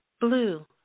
Blue